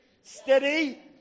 Steady